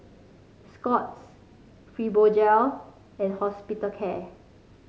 Scott's Fibogel and Hospitalcare